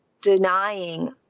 denying